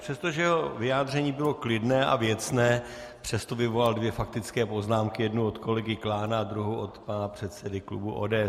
Přestože jeho vyjádření bylo klidné a věcné, přesto vyvolal dvě faktické poznámky jednu od kolegy Klána a druhou od pana předsedy klubu ODS.